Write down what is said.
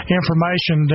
information